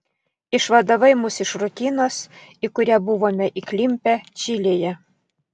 išvadavai mus iš rutinos į kurią buvome įklimpę čilėje